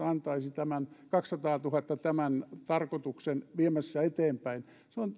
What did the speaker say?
antaisi tämän kahdensadantuhannen tämän tarkoituksen viemiseen eteenpäin se on